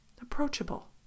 approachable